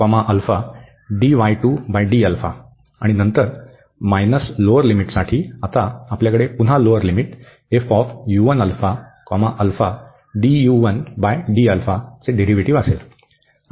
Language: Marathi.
आणि नंतर वजा लोअर लिमिटसाठी आता आपल्याकडे पुन्हा लोअर लिमिट चे डेरीव्हेटिव असेल